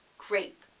great,